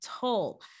toll